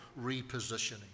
repositioning